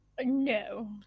No